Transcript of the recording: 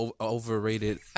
overrated